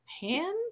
hand